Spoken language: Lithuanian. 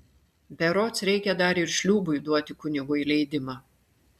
berods reikia dar ir šliūbui duoti kunigui leidimą